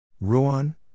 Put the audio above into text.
Ruan